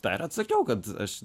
tą ir atsakiau kad aš